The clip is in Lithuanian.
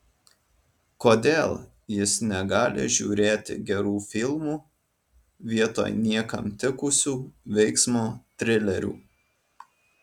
kodėl jis negali žiūrėti gerų filmų vietoj niekam tikusių veiksmo trilerių